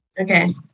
Okay